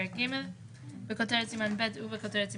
בסדר, אתה אומר: זה לא רק חשש,